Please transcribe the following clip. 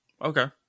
Okay